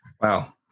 Wow